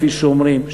כפי שאומרים,